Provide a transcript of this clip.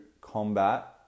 combat